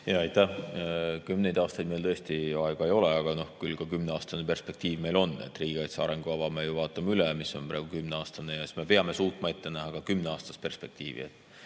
Aitäh! Kümneid aastaid meil tõesti aega ei ole. Aga ka kümneaastane perspektiiv meil on. Riigikaitse arengukava me ju vaatame üle, see on praegu kümneaastane, ja siis me peame suutma ette näha ka kümneaastast perspektiivi.